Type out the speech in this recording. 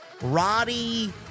Roddy